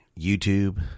YouTube